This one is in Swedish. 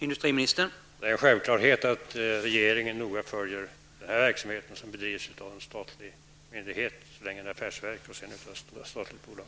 Herr talman! Det är en självklarhet att regeringen noga följer den verksamhet som bedrivs av en statlig myndighet så länge det är ett affärsverk och även när det är ett statligt bolag.